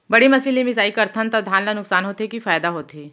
बड़ी मशीन ले मिसाई करथन त धान ल नुकसान होथे की फायदा होथे?